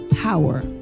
power